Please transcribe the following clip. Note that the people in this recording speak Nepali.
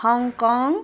हङकङ